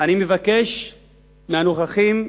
אני מבקש מהנוכחים,